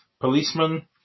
policeman